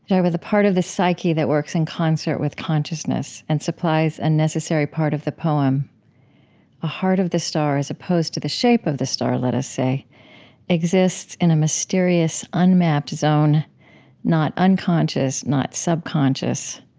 yeah the part of the psyche that works in concert with consciousness and supplies a necessary part of the poem a heart of the star as opposed to the shape of the star, let us say exists in a mysterious, unmapped zone not unconscious, not subconscious,